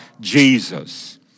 Jesus